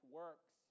works